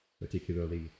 particularly